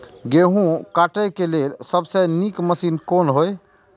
गेहूँ काटय के लेल सबसे नीक मशीन कोन हय?